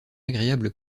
agréable